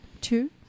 two